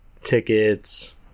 tickets